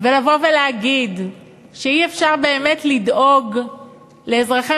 ולבוא ולהגיד שאי-אפשר באמת לדאוג לאזרחי